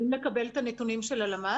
תודה.